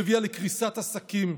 שהביאה לקריסת עסקים,